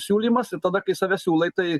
siūlymas ir tada kai save siūlai tai